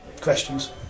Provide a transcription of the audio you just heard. questions